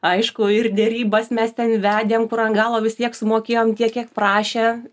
aišku ir derybas mes ten vedėm kur ant galo vistiek sumokėjom tiek kiek prašė